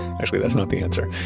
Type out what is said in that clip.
actually, that's not the answer,